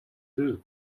too